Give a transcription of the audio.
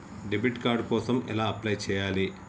Debit card కోసం ఎలా apply చేయాలి?